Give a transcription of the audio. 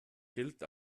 gilt